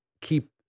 keep